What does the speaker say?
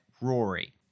Rory